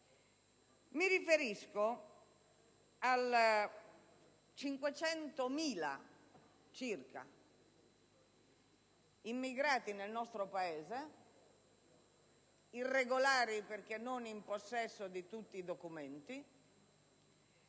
Mi riferisco ai circa 500.000 immigrati nel nostro Paese, irregolari perché non in possesso di tutti i documenti,